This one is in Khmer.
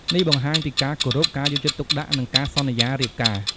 នេះបង្ហាញពីការគោរព ការយកចិត្តទុកដាក់ និងការសន្យារៀបការ។